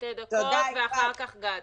ונמצאים כבר בהליך.